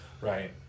Right